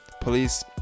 Police